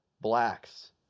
blacks